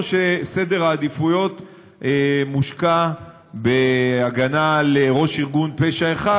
או שסדר עדיפויות מושקע בהגנה על ראש ארגון פשע אחד